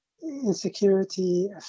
insecurity